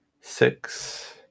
Six